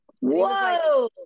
Whoa